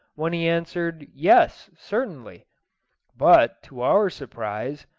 when he answered yes, certainly but, to our surprise,